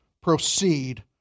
proceed